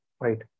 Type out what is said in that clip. right